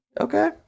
Okay